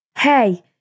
Hey